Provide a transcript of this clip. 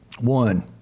one